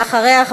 ואחריה,